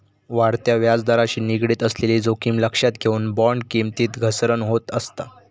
वाढत्या व्याजदराशी निगडीत असलेली जोखीम लक्षात घेऊन, बॉण्ड किमतीत घसरण होत असता